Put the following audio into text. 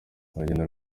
urugendo